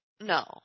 No